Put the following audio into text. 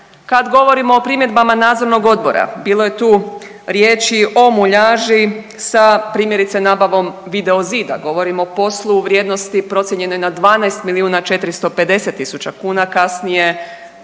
Kad govorimo o primjedbama Nadzornog odbora, bilo je tu riječi o muljaži sa primjerice Nabavom video zida, govorim o poslu u vrijednosti procijenjenoj na 12 milijuna 450